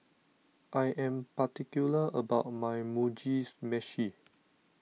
I am particular about my Mugi Meshi